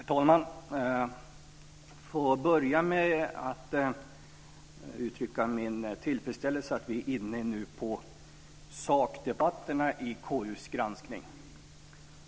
Herr talman! Jag vill börja med att uttrycka min tillfredsställelse över att vi nu är inne på sakdebatterna när det gäller KU:s granskning.